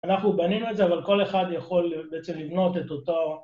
‫אנחנו בנינו את זה, אבל כל אחד ‫יכול בעצם לבנות את אותו...